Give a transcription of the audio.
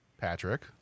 Patrick